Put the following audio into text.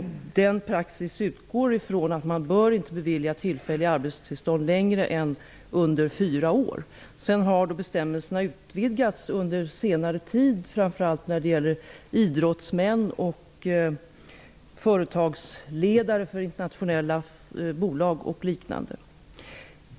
Denna praxis utgår från att man inte bör bevilja tillfälliga arbetstillstånd längre än under fyra år. Sedan har bestämmelserna utvidgats under senare tid, framför allt när det gäller idrottsmän och företagsledare för internationella bolag och liknande.